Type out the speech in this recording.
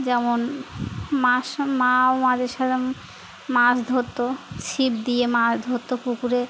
যেমন মাস মাঝে সাথে মাছ ধরতো ছিপ দিয়ে মাছ ধরতো পুকুরে